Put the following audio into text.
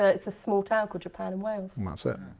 ah it's a small town called japan in wales. and that's it.